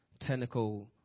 technical